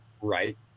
right